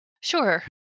Sure